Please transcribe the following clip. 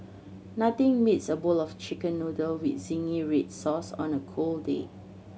nothing beats a bowl of Chicken Noodle with zingy red sauce on a cold day